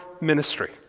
ministry